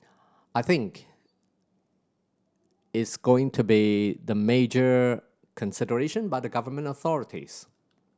I think is going to be the major consideration by the Government authorities